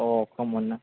खमन ना